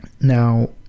now